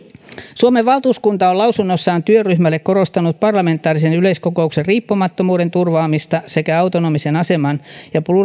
suomen valtuuskunta on lausunnossaan työryhmälle korostanut parlamentaarisen yleiskokouksen riippumattomuuden turvaamista sekä sen autonomisen aseman ja